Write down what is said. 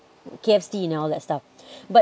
K_F_C and all that stuff but